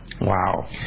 Wow